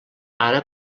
ara